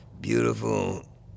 beautiful